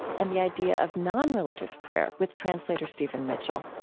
and the idea of nonreligious prayer with translator stephen mitchell.